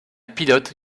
pilote